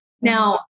Now